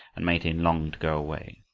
and made him long to go away